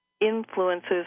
influences